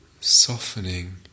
softening